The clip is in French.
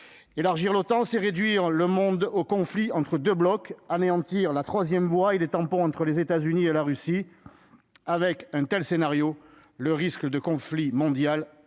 élargir l'OTAN, c'est réduire le monde au conflit entre 2 blocs anéantir la 3ème voie et des tampons entre les États-Unis et la Russie, avec un tel scénario : le risque de conflit mondial est